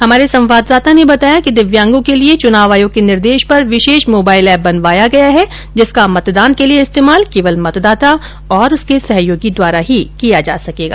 हमारे संवाददाता ने बताया कि दिव्यांगों के लिए चुनाव आयोग के निर्देश पर विशेष मोबाईल एप बनवाया गया है जिसका मतदान के लिए इस्तेमाल केवल मतदाता और उसके सहयोगी द्वारा ही किया जा सकेगा